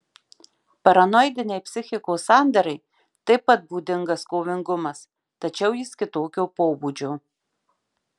paranoidinei psichikos sandarai taip pat būdingas kovingumas tačiau jis kitokio pobūdžio